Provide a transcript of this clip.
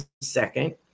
second